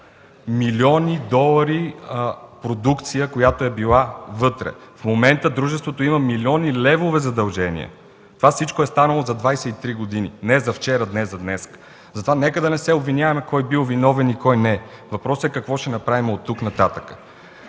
милиони долари продукция, която е била вътре. В момента дружеството има милиони левове задължения. Това всичко е станало за 23 години, не от вчера, не от днес. Нека да не се обвиняваме кой бил виновен и кой не е. Въпросът е какво ще направим оттук нататък.